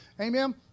Amen